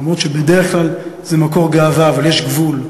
למרות שבדרך כלל זה מקור גאווה, אבל יש גבול,